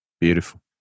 Beautiful